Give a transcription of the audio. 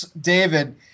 David